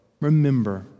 Remember